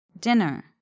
Dinner